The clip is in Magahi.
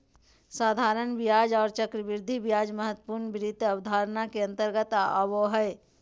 साधारण ब्याज आर चक्रवृद्धि ब्याज महत्वपूर्ण वित्त अवधारणा के अंतर्गत आबो हय